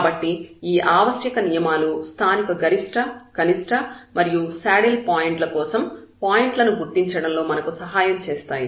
కాబట్టి ఈ ఆవశ్యక నియమాలు స్థానిక గరిష్ట కనిష్ట మరియు శాడిల్ పాయింట్ల కోసం పాయింట్ లను గుర్తించడంలో మనకు సహాయం చేస్తాయి